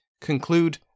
conclude